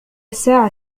الساعة